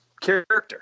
character